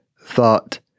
thought